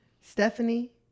Stephanie